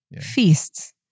feasts